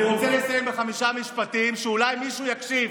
אני רוצה לסיים בחמישה משפטים, ואולי מישהו יקשיב.